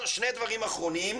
שני דברים אחרונים.